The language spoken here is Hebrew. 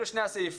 אלה שני הסעיפים.